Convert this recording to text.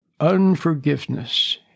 unforgiveness